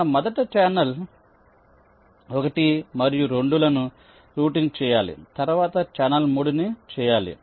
మనము మొదట ఛానల్ 1 మరియు 2 లను రూటింగ్ చేయాలి తర్వాత ఛానల్ 3 ని చేయాలి